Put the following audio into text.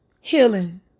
healing